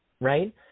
right